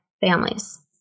families